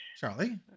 Charlie